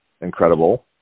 incredible